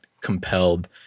compelled